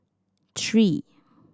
three